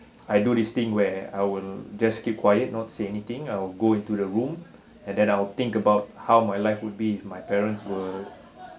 I do this thing where I will just keep quiet not say anything I'll go into the room and then I'll think about how my life would be my parents were